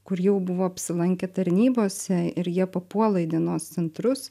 kur jau buvo apsilankę tarnybose ir jie papuola į dienos centrus